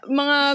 mga